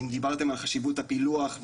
אם דיברתם על חשיבות הפילוח,